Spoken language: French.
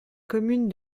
commune